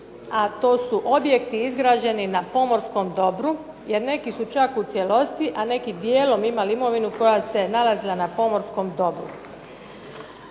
a to su objekti izgrađeni na pomorskom dobru jer neki su čak u cijelosti a neki djelom imali imovinu koja se nalazila na pomorskom dobru.